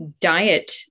diet